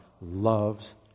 loves